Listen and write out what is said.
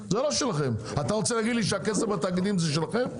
אתה רוצה להגיד לי שהכסף בתאגידים זה שלכם?